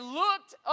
looked